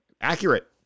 Accurate